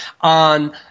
on